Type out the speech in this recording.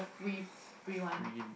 free